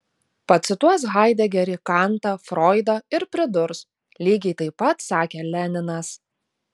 pacituos haidegerį kantą froidą ir pridurs lygiai taip pat sakė leninas